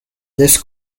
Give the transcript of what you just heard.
this